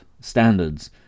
standards